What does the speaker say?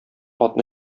атны